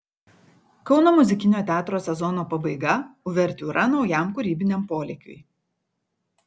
kauno muzikinio teatro sezono pabaiga uvertiūra naujam kūrybiniam polėkiui